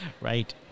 Right